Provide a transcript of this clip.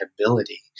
ability